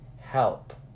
help